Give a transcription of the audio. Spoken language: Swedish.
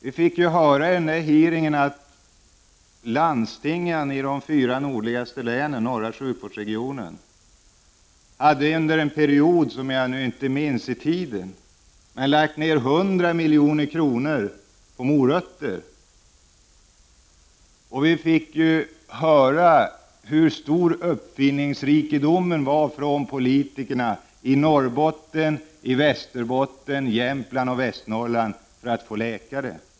Vi fick höra under hearingen att landstingen i de fyra nordligaste länen, norra sjukvårdsregionen, under en period som jag nu inte minns när den inföll, hade lagt ner 100 milj.kr. på ”morötter”. Vi fick höra hur stor politikernas uppfinningsrikedom var i Norrbotten, Västerbotten, Jämtland och Västernorrland för att få läkare.